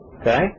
okay